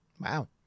Wow